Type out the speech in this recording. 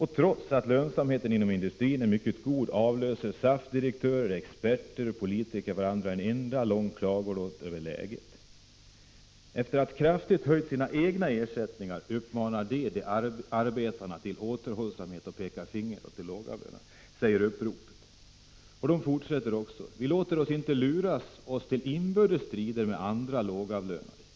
Trots att lönsamheten inom industrin är mycket god, avlöser SAF direktörer, ”experter” och politiker varandra i en enda lång klagolåt över läget. Efter att kraftigt höjt sina egna ersättningar uppmanar de arbetarna till återhållsamhet och pekar finger åt de lågavlönade.” I uppropet sägs vidare: ”Vi låter inte lura oss till inbördes strider med andra lågavlönade.